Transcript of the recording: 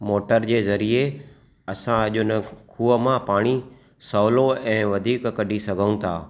motor जे ज़रिए असां अॼु खूह मां पाणी सवलो ऐ वधीक कॾी सघूं था